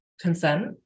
consent